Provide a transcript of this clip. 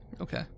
Okay